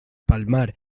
palmar